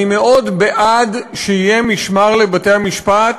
אני מאוד בעד שיהיה משמר לבתי-המשפט.